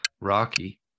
Rocky